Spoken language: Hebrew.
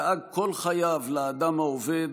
דאג כל חייו לאדם העובד,